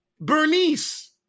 Bernice